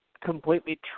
completely